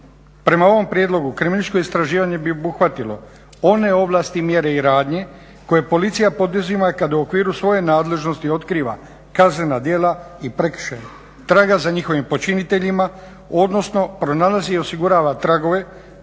Prema ovom prijedlogu kriminalističko istraživanje bi obuhvatilo one ovlasti, mjere i radnje koje policija poduzima kada u okviru svoje nadležnosti otkriva kaznena djela i prekršaje, traga za njihovim počiniteljima odnosno pronalazi i osigurava tragove